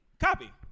Copy